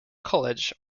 college